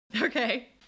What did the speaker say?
okay